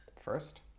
first